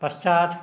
पश्चात्